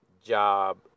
job